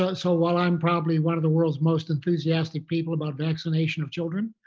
um so while i'm probably one of the world's most enthusiastic people about vaccination of children,